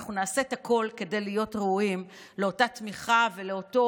ואנחנו נעשה את הכול כדי להיות ראויים לאותה תמיכה ולאותו